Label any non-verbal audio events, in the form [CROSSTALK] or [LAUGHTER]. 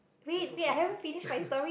turtle fountain [LAUGHS]